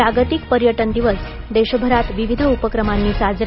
जागतिक पर्यटन दिवस देशभरात विविध उपक्रमांनी साजरा